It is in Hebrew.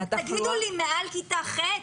תגידו לי מעל כיתה ח',